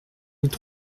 mille